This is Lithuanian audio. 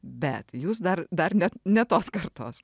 bet jūs dar dar net ne tos kartos